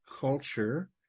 culture